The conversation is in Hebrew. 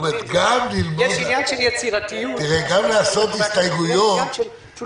גם לעשות הסתייגויות צריך